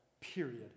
period